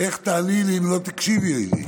איך תעני לי אם לא תקשיבי לי?